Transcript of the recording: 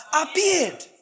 appeared